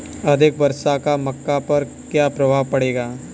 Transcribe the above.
अधिक वर्षा का मक्का पर क्या प्रभाव पड़ेगा?